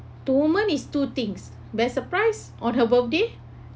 the woman is two things best surprise on her birthday